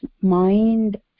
mind